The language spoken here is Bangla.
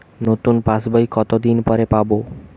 নতুন পাশ বই কত দিন পরে পাবো?